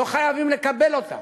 לא חייבים לקבל אותה,